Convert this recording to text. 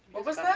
what was